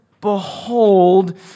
behold